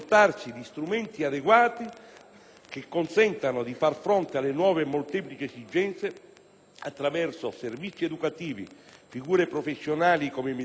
che consentano di far fronte alle nuove e molteplici esigenze attraverso servizi educativi, figure professionali, come i mediatori culturali,